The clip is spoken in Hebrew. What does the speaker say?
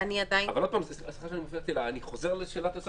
אז ברור שאנחנו לא יכולים לעשות במידה שעולה על הנדרש.